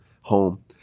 home